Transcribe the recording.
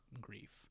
grief